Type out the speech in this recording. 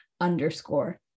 underscore